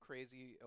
Crazy